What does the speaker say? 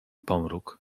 pomruk